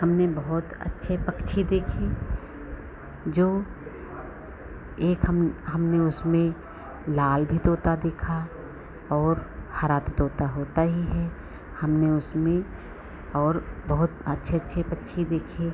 हमने बहुत अच्छे पक्षी देखे जो एक हम हमने उसमें लाल भी तोता देखा और हरा तो तोता होता ही है हमने उसमें और बहुत अच्छे अच्छे पक्षी देखे